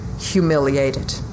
humiliated